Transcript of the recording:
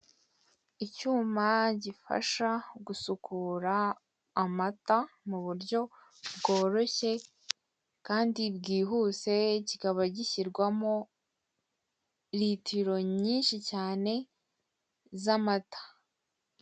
Icyuma gifasha gusukura amata, mu buryo bworoshye kandi bwihuse, kikaba gishyirwamo litiro nyinshi cyane z'amata.